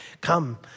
come